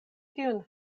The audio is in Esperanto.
tiun